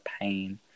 pain